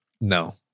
No